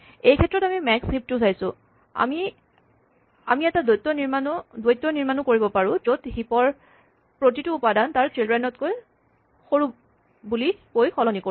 এইক্ষেত্ৰত আমি max heap টো চাইছো আমি এটা দ্বৈত নিৰ্মাণো কৰিব পাৰোঁ য'ত হিপ ৰ প্ৰতিটো উপাদান তাৰ চিল্ড্ৰেন তকৈ সৰু বুলি কৈ সলনি কৰোঁ